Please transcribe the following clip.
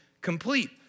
complete